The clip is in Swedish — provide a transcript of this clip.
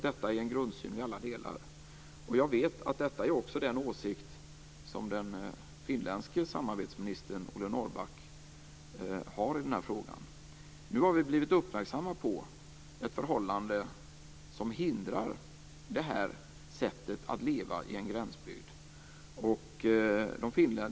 Detta är en grundsyn i alla delar. Jag vet att detta också är den åsikt som den finländske samarbetsministern Olle Norrback har i den här frågan. Nu har vi blivit uppmärksamma på ett förhållande som hindrar det här sättet att leva i en gränsbygd.